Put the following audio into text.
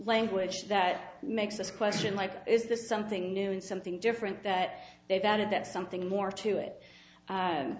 language that makes this question like is this something new and something different that they've added that something more to it